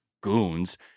goons